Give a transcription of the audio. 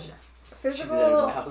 physical